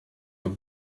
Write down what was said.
umwe